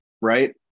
right